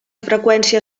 freqüència